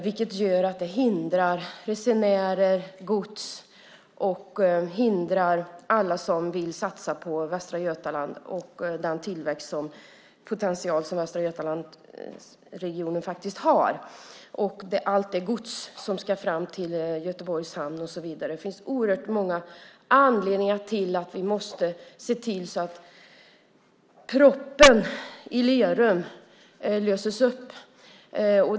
Det hindrar resenärer och gods och hindrar alla som vill satsa på Västra Götaland och den tillväxtpotential som Västra Götalandsregionen har. Det hindrar allt det gods som ska fram till Göteborgs hamn och så vidare. Det finns oerhört många anledningar till att vi måste se till att proppen i Lerum löses upp.